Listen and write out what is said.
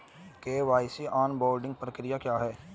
KYC onboarding प्रक्रिया क्या है?